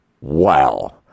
wow